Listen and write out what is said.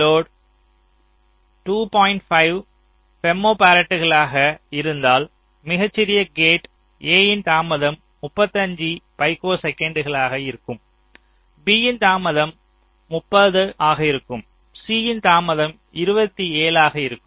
5 ஃபெம்டோபராட்களாக இருந்தால் மிகச்சிறிய கேட் A யின் தாமதம் 35 பைக்கோசெகண்டுகளாக இருக்கும் B யின் தாமதம் 30 ஆக இருக்கும் C யின் தாமதம் 27 ஆக இருக்கும்